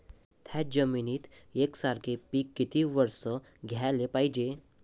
थ्याच जमिनीत यकसारखे पिकं किती वरसं घ्याले पायजे?